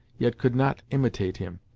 yet could not imitate him.